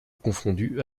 confondue